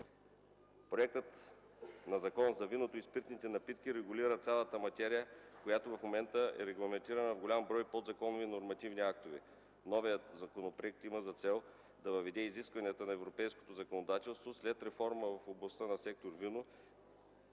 Законопроектът за виното и спиртните напитки регулира цялата материя, която в момента е регламентирана в голям брой подзаконови нормативни актове. Новият законопроект има за цел да въведе изискванията на европейското законодателство след реформа в областта на сектор „Вино”,